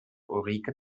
ulrike